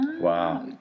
Wow